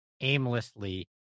aimlessly